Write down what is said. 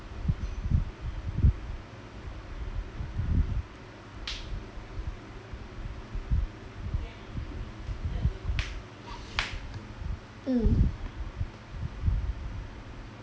mm